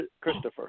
Christopher